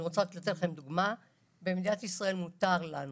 אני רוצה לתת לכם דוגמה: במדינת ישראל מותר לנו